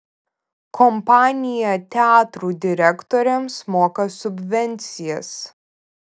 kompanija teatrų direktoriams moka subvencijas